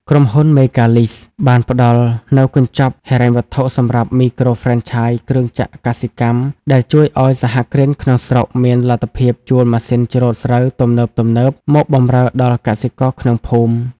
ក្រុមហ៊ុន មេហ្គាឡីស (Mega Lease) បានផ្ដល់នូវកញ្ចប់ហិរញ្ញវត្ថុសម្រាប់មីក្រូហ្វ្រេនឆាយគ្រឿងចក្រកសិកម្ម ដែលជួយឱ្យសហគ្រិនក្នុងស្រុកមានលទ្ធភាពជួលម៉ាស៊ីនច្រូតស្រូវទំនើបៗមកបម្រើដល់កសិករក្នុងភូមិ។